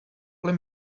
play